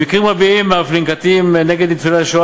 במקרים רבים אף ננקטים נגד ניצולי השואה